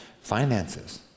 finances